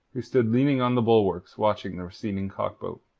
who stood leaning on the bulwarks watching the receding cock-boat.